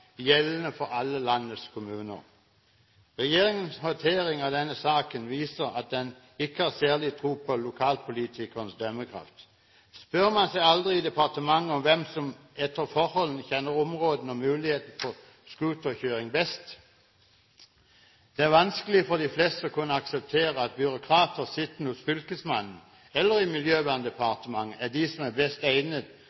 gjeldende for alle landets kommuner. Regjeringens håndtering av denne saken viser at den ikke har særlig tro på lokalpolitikernes dømmekraft. Spør man seg aldri i departementet om hvem som etter forholdene kjenner områdene og mulighetene for scooterkjøring best? Det er vanskelig for de fleste å kunne akseptere at byråkrater sittende hos Fylkesmannen eller i